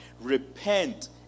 Repent